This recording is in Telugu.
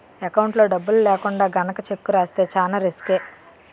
ఎకౌంట్లో డబ్బులు లేకుండా గనక చెక్కు రాస్తే చానా రిసుకే